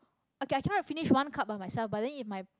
okay I can't finish one cup by myself but then if my